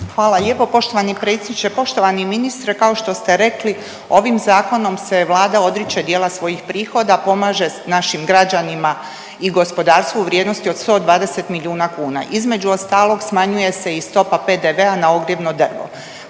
Hvala lijepo poštovani predsjedniče. Poštovani ministre kao što ste rekli ovim zakonom se vlada odriče dijela svojih prihoda, pomaže našim građanima i gospodarstvu u vrijednosti od 120 milijuna kuna, između ostalog smanjuje se i stopa PDV-a na ogrjevno drvo.